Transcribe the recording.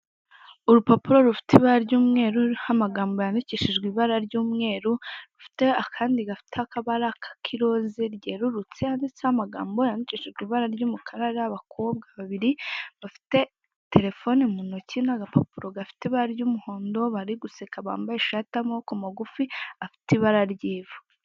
Urupapuro rufite ibara ry'umweru ruriho amagambo yandikishijwe ibara ry'umweru, rufite akandi gafite akabara k'iroze ryerurutse handitseho amagambo yandikishijwe ibara ry'umukara, hakaba hariho abakobwa babiri bafite terefone mu ntoki n'agapapuro gafite ibara ry'umuhondo, bari guseka bambaye ishati y'amaboko magufi afite ibara ry'ivu.